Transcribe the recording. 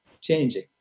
changing